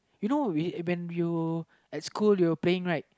you know when you at school you were playing right